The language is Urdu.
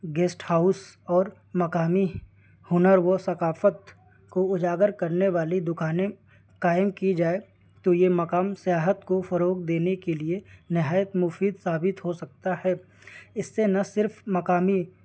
گیسٹ ہاؤس اور مقامی ہنر و ثقافت کو اجاگر کرنے والی دکانیں قائم کی جائے تو یہ مقام سیاحت کو فروغ دینے کے لیے نہایت مفید ثابت ہو سکتا ہے اس سے نہ صرف مقامی